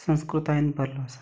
संस्कृतायेंत भरिल्लो आसा